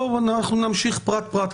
אנחנו נמשיך פרט פרט,